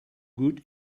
good